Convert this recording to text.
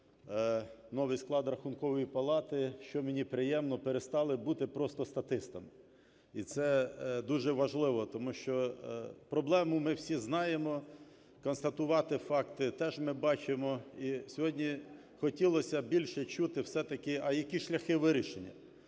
новий склад Рахункової палати, що мені приємно, перестали бути просто статистами. І це дуже важливо, тому що проблему ми всі знаємо, констатувати факти - теж ми бачимо. І сьогодні хотілося більше чути все-таки, а які шляхи вирішення,